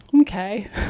okay